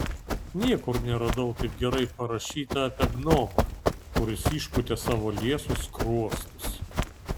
niekur neradau taip gerai parašyta apie gnomą kuris išpūtė savo liesus skruostus